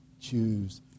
choose